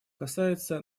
касается